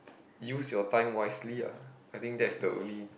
use your time wisely ah I think that's the only